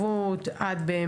כדברים שאתם יכולים